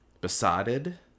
besotted